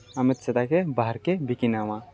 ଆମେ ସେଟାକେ ବାହାର୍କେ ବିକି ନେମା